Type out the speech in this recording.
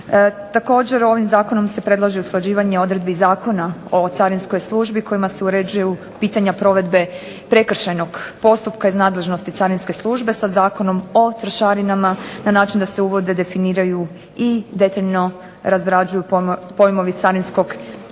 Također ovim zakonom se predlaže usklađivanje odredbi Zakona o carinskoj službi kojima se uređuju pitanja provedbe prekršajnog postupka iz nadležnost carinske službe sa Zakonom o trošarinama na način da se uvode i definiraju i detaljno razrađuju pojmovi carinskog i